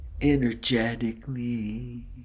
energetically